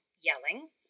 yelling